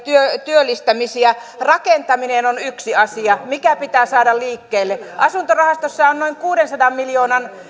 työllistämisistä rakentaminen on yksi asia mikä pitää saada liikkeelle asuntorahastossa on noin kuudensadan miljoonan